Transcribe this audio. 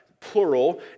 plural